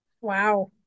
Wow